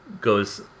goes